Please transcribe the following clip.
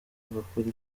agakora